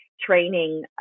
training